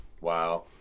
Wow